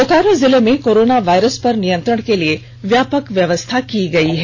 बोकारो जिले में corona virus पर नियंत्रण के लिए व्यापक व्यवस्था की गई है